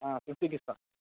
ఫిఫ్టీకి ఇస్తాను